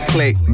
Click